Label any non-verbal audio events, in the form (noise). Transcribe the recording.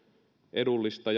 edullista (unintelligible)